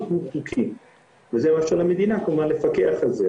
הוא חוקי וזה מאפשר למדינה כמובן לפקח על זה,